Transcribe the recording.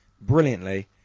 brilliantly